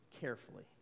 carefully